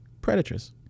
predators